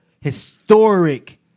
Historic